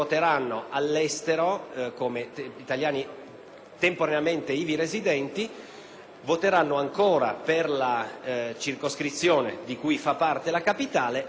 temporaneamente ivi residenti voteranno ancora per la circoscrizione di cui fa parte la capitale ma, ove dipendano da